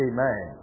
Amen